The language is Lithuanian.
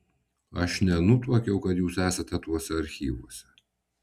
aš nenutuokiau kad jūs esate tuose archyvuose